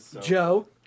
Joe